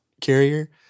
carrier